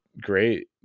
great